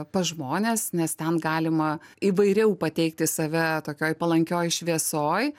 pas žmones nes ten galima įvairiau pateikti save tokioj palankioj šviesoj